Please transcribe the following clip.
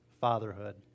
fatherhood